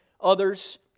others